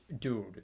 Dude